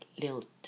lilt